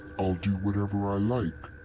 i'll do whatever i like.